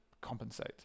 compensate